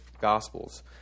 Gospels